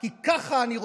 כי ככה אני רוצה.